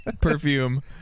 Perfume